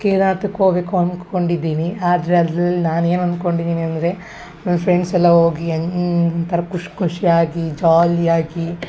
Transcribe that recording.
ಕೇದಾರ್ನಾಥಕ್ಕೆ ಹೋಗ್ಬೇಕು ಅಂದ್ಕೊಂಡಿದ್ದೀನಿ ಆದರೆ ಅಲ್ಲಿ ನಾನು ಏನು ಅನ್ಕೊಂಡಿದ್ದೀನಿ ಅಂದರೆ ನನ್ನ ಫ್ರೆಂಡ್ಸ್ ಎಲ್ಲ ಹೋಗಿ ಎನ್ ಥರ ಖುಷಿ ಖುಷಿಯಾಗಿ ಜಾಲಿಯಾಗಿ